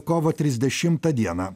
kovo trisdešimtą dieną